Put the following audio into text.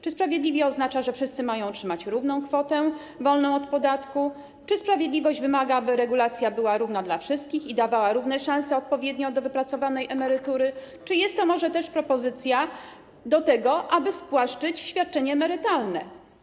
Czy sprawiedliwie oznacza, że wszyscy mają otrzymać równą kwotę wolną od podatku, czy sprawiedliwość wymaga, aby regulacja była równa dla wszystkich i dawała równe szanse odpowiednio do wypracowanej emerytury, czy jest to może też propozycja, aby spłaszczyć świadczenia emerytalne?